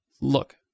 look